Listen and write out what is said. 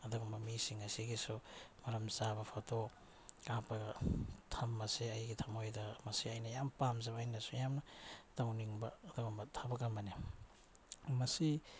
ꯑꯗꯨꯒꯨꯝꯕ ꯃꯤꯁꯤꯡ ꯑꯁꯤꯒꯤꯁꯨ ꯃꯔꯝꯆꯥꯕ ꯐꯣꯇꯣ ꯀꯥꯞꯄꯒ ꯊꯝꯕꯁꯦ ꯑꯩꯒꯤ ꯊꯃꯣꯏꯗ ꯃꯁꯦ ꯑꯩꯅ ꯌꯥꯝ ꯄꯥꯝꯖꯕ ꯑꯩꯅꯁꯨ ꯌꯥꯝꯅ ꯇꯧꯅꯤꯡꯕ ꯑꯗꯨꯒꯨꯝꯕ ꯊꯕꯛ ꯑꯃꯅꯦ ꯃꯁꯤ